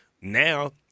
now